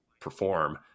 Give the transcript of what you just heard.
perform